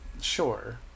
sure